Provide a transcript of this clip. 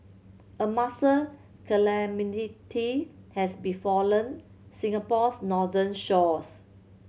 a mussel calamity has befallen Singapore's northern shores